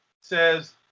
says